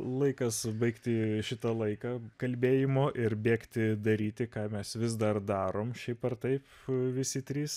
laikas baigti šitą laiką kalbėjimo ir bėgti daryti ką mes vis dar darom šiaip ar taip visi trys